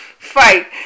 Fight